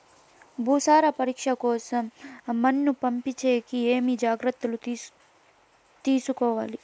భూసార పరీక్ష కోసం మన్ను పంపించేకి ఏమి జాగ్రత్తలు తీసుకోవాలి?